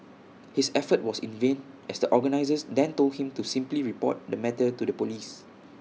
his effort was in vain as the organisers then told him to simply report the matter to the Police